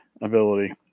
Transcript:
ability